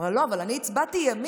אז הם אומרים: לא, אבל אני הצבעתי ימין